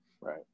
Right